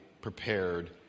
prepared